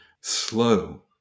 slow